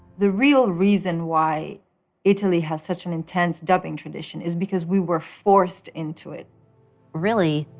the real reason why italy has such an intense dubbing tradition, is because we were forced into it really,